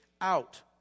out